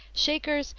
shakers,